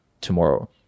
tomorrow